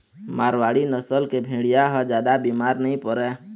मारवाड़ी नसल के भेड़िया ह जादा बिमार नइ परय